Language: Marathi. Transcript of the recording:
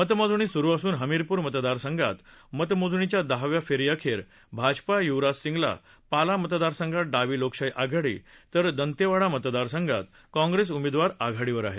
मतमोजणी सुरू असून हमीरपूर मतदारसंघात मतमोजणीच्या दहाव्या फेरीअखेर भाजपा युवराज सिंग पाला मतदारसंघात डावी लोकशाही आघाडी तर दंतेवाडा मतदारसंघात काँग्रेस उमेदवार आघाडीवर आहेत